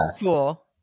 Cool